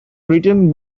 written